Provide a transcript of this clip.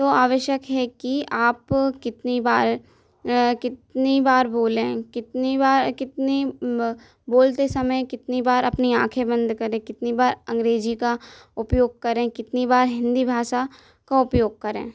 तो आवश्यक है कि आप कितनी बार कितनी बार बोलें कितनी बार कितनी बोलते समय कितनी बार अपनी आँखे बंद करें कितनी बार अंग्रेज़ी का उपयोग करें कितनी बार हिंदी भाषा का उपयोग करें